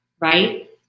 Right